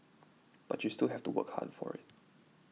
but you still have to work hard for it